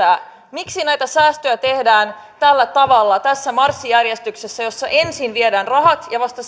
miksi näitä säästöjä tehdään tällä tavalla tässä marssijärjestyksessä jossa ensin viedään rahat ja vasta